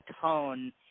tone